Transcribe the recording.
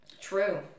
true